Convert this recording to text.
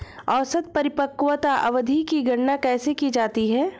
औसत परिपक्वता अवधि की गणना कैसे की जाती है?